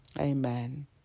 Amen